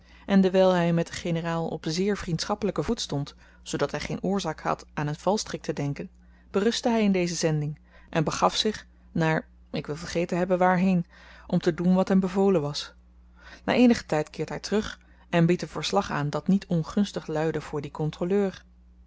en dewyl hy met den generaal op zeer vriendschappelyken voet stond zoodat hy geen oorzaak had aan een valstrik te denken berustte hy in deze zending en begaf zich naar ik wil vergeten hebben waarheen om te doen wat hem bevolen was na eenigen tyd keert hy terug en biedt een verslag aan dat niet ongunstig luidde voor dien kontroleur